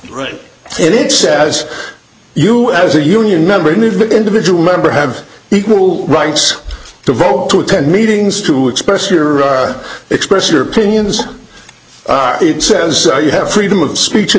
right and it says you as a union member need the individual member have equal rights to vote to attend meetings to express your or express your opinions it says you have freedom of speech and